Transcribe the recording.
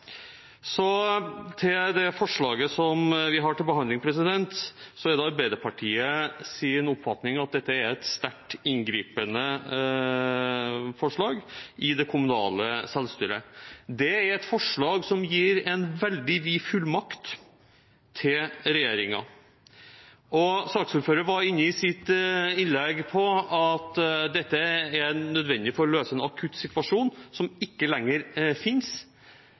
Så til det forslaget som vi har til behandling. Det er Arbeiderpartiets oppfatning at dette forslaget er sterkt inngripende i det kommunale selvstyret. Det er et forslag som gir en veldig vid fullmakt til regjeringen. Saksordføreren var i sitt innlegg inne på at dette er nødvendig for å løse en akutt situasjon – som ikke lenger finnes.